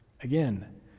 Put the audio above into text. Again